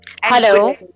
Hello